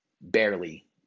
barely